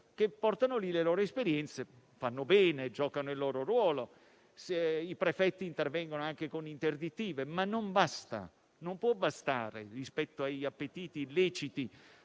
che portano lì le loro esperienze. Fanno bene, giocano il loro ruolo; i prefetti intervengono anche con le interdittive. Ma non può bastare rispetto agli appetiti illeciti